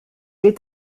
est